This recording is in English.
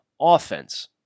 offense